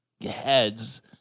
heads